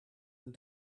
een